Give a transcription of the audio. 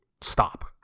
stop